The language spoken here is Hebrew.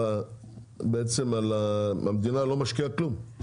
בעצם המדינה לא משקיעה כלום,